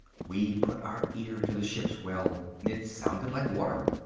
we put our ear to the ship's well. it sounded like water.